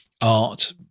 art